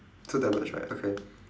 two tablets right okay